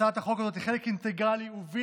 הצעת החוק הזאת היא חלק אינטגרלי ובלתי